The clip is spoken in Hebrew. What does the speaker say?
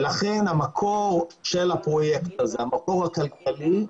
לכן המקור של הפרויקט, המקור הכלכלי,